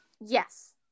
Yes